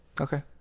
Okay